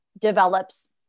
develops